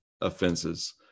offenses